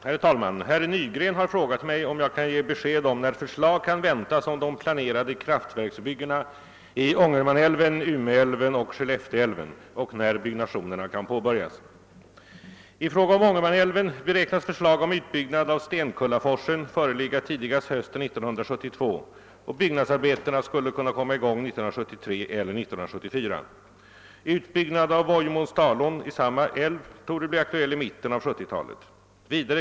Herr talman! Herr Nygren har frågat mig, om jag kan ge besked om när förslag kan väntas om de planerade kraftverksbyggena i Ångermanälven, Umeälven och Skellefteälven och när byggnationerna kan påbörjas. I fråga om Ångermanälven beräknas förslag om utbyggnad av Stenkullaforsen föreligga tidigast hösten 1972, och byggnadsarbetena skulle kunna komma i gång 1973 eller 1974. Utbyggnad av Vojmån—Stalon i samma älv torde bli aktuell i mitten av 1970-talet.